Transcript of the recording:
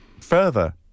further